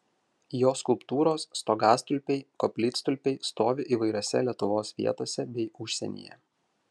jo skulptūros stogastulpiai koplytstulpiai stovi įvairiose lietuvos vietose bei užsienyje